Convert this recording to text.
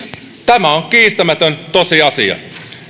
tämä on kiistämätön tosiasia